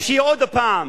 או שהיא עוד פעם